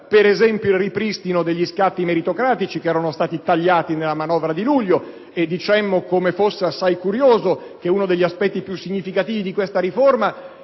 riferisco al ripristino degli scatti meritocratici che erano stati tagliati nella manovra di luglio. Dicemmo come fosse assai curioso che uno degli aspetti più significativi di questa riforma